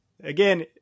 Again